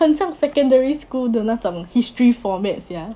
很像 secondary school 的那种 history format sia